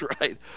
right